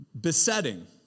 Besetting